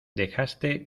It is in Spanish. dejaste